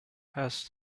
has